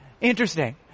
Interesting